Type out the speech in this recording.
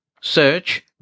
Search